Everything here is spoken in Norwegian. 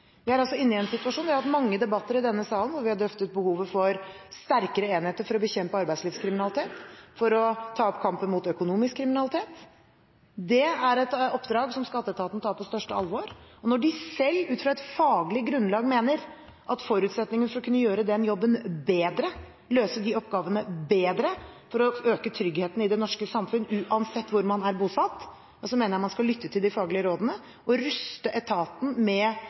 Vi er altså i en situasjon der vi har hatt mange debatter i denne salen, hvor vi har drøftet behovet for sterkere enheter for å bekjempe arbeidslivskriminalitet, for å ta opp kampen mot økonomisk kriminalitet. Det er et oppdrag som Skatteetaten tar på største alvor. Når de selv ut fra et faglig grunnlag mener at det er forutsetningen for å kunne gjøre den jobben bedre, løse de oppgavene bedre og øke tryggheten i det norske samfunnet uansett hvor man er bosatt, mener jeg man skal lytte til de faglige rådene og ruste etaten med